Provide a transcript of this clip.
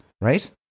right